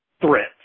threats